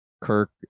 Kirk